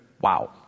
Wow